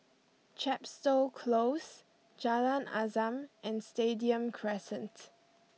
Chepstow Close Jalan Azam and Stadium Crescent